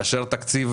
לאשר תקציב